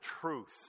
truth